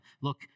look